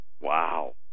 Wow